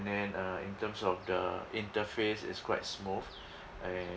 then uh in terms of the interface is quite smooth and